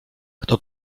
kto